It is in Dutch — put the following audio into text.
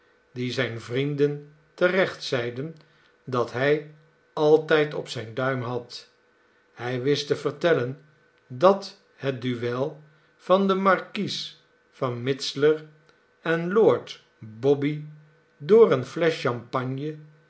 die zijne vrienden terecht zeiden dat hij altijd op zijn duim had hij wist te vertellen dat het duel van den marquis van mizzler en lord bobby door eene flescii champagne